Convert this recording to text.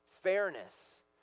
fairness